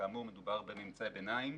כאמור, מדובר בממצאי ביניים.